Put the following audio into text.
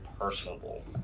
personable